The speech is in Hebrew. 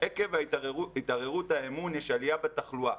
"עקב התערערות האמון יש עלייה בתחלואה.